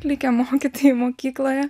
likę mokytojai mokykloje